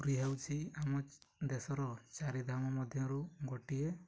ପୁରୀ ହେଉଛି ଆମ ଦେଶର ଚାରିଧାମ ମଧ୍ୟରୁ ଗୋଟିଏ